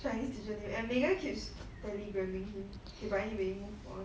chinese teacher name and megan keeps Telegraming him okay but anyway move on